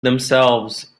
themselves